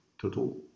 total